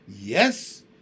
Yes